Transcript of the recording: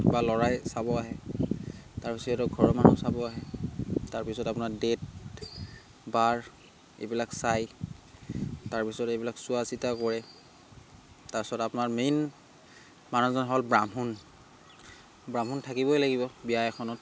বা ল'ৰাই চাব আহে তাৰপিছত সিহঁতৰ ঘৰৰ মানুহ চাব আহে তাৰপিছত আপোনাৰ ডেট বাৰ এইবিলাক চায় তাৰপিছত এইবিলাক চোৱা চিতা কৰে তাৰপিছত আপোনাৰ মেইন মানুহজন হ'ল ব্ৰাহ্মণ ব্ৰাহ্মণ থাকিবই লাগিব বিয়া এখনত